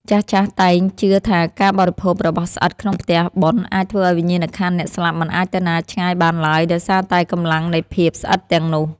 ចាស់ៗតែងជឿថាការបរិភោគរបស់ស្អិតក្នុងផ្ទះបុណ្យអាចធ្វើឱ្យវិញ្ញាណក្ខន្ធអ្នកស្លាប់មិនអាចទៅណាឆ្ងាយបានឡើយដោយសារតែកម្លាំងនៃភាពស្អិតទាំងនោះ។